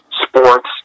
sports